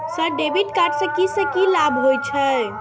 Sir debit card से की से की लाभ हे छे?